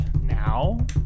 now